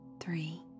three